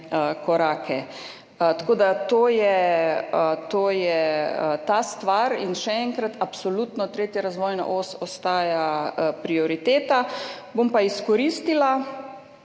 korake. To je ta stvar. In še enkrat, absolutno 3. razvojna os ostaja prioriteta.